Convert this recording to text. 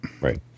Right